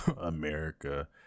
America